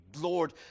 Lord